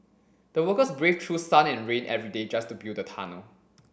the workers braved through sun and rain every day just to build the tunnel